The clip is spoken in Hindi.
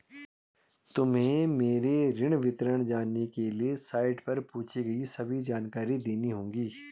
तुम्हें मेरे ऋण विवरण जानने के लिए साइट पर पूछी गई सभी जानकारी देनी होगी